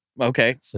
Okay